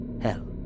Hell